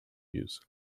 views